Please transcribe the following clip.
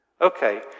Okay